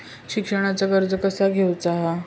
शिक्षणाचा कर्ज कसा घेऊचा हा?